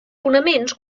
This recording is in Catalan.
fonaments